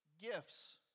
Gifts